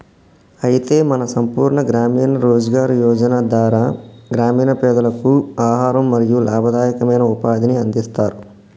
అయితే మన సంపూర్ణ గ్రామీణ రోజ్గార్ యోజన ధార గ్రామీణ పెదలకు ఆహారం మరియు లాభదాయకమైన ఉపాధిని అందిస్తారు